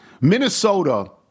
Minnesota